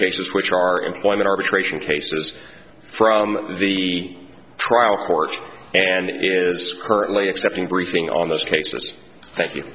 cases which are employment arbitration cases from the trial court and it is scurrilous accepting briefing on those cases thank you